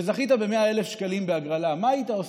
שזכית ב-100,000 שקלים בהגרלה, מה היית עושה?